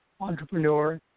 entrepreneur